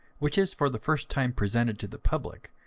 which is for the first time presented to the public,